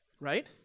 right